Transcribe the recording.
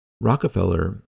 Rockefeller